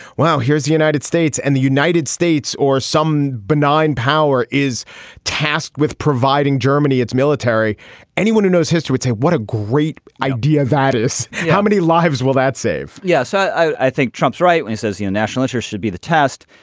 well here's the united states and the united states or some benign power is tasked with providing germany its military anyone who knows history would say what a great idea that is how many lives will that save yes i think trump's right. and says the national interest should be the test.